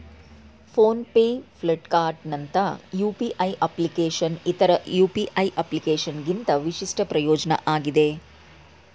phone pay ಫ್ಲಿಪ್ಕಾರ್ಟ್ನಂತ UPI ಅಪ್ಲಿಕೇಶನ್ನ್ ಇತರ ಯು.ಪಿ.ಐ ಅಪ್ಲಿಕೇಶನ್ಗಿಂತ ವಿಶಿಷ್ಟ ಪ್ರಯೋಜ್ನ ಆಗಿದೆ